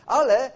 ale